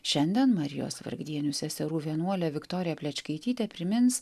šiandien marijos vargdienių seserų vienuolė viktorija plečkaitytė primins